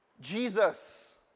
Jesus